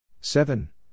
seven